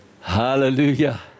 Hallelujah